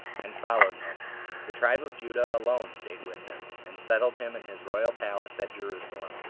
and followed him the tribe of judah alone staid with him, and settled him in his royal palace at jerusalem.